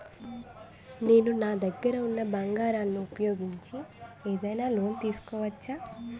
నేను నా దగ్గర ఉన్న బంగారం ను ఉపయోగించి ఏదైనా లోన్ తీసుకోవచ్చా?